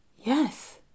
yes